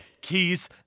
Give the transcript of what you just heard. keys